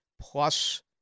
plus